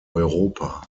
europa